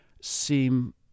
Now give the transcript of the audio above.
seem